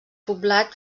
poblat